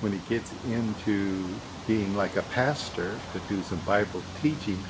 when he gets into being like a pastor to do some bible teaching